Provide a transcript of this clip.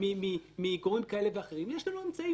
זה יחול.